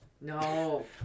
No